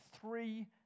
three